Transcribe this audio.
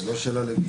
שרירותיות.